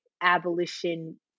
abolition